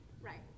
Right